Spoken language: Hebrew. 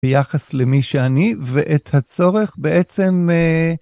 ביחס למי שאני ואת הצורך בעצם.